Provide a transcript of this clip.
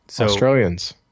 Australians